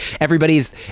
everybody's